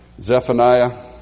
Zephaniah